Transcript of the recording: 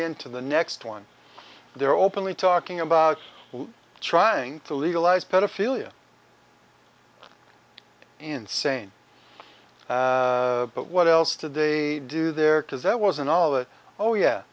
into the next one they're openly talking about trying to legalize pedophilia insane but what else did they do there because it wasn't all that oh yeah